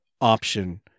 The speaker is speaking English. option